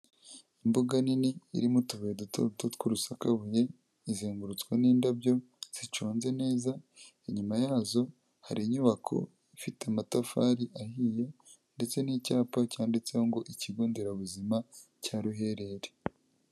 Imbuga nini irimo utubuye duto duto tw'urusakabuye izengurutswe n'indabyo ziconze neza, inyuma yazo hari inyubako ifite amatafari ahiye ndetse n'icyapa cyanditseho ngo ikigo nderabuzima cya Ruherere.